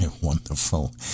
Wonderful